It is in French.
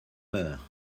meurt